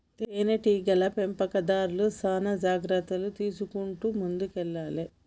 తేనె టీగల పెంపకందార్లు చానా జాగ్రత్తలు తీసుకుంటూ ముందుకెల్లాలే